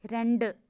രണ്ട്